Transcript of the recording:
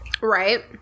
right